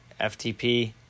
FTP